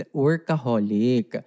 workaholic